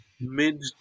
mid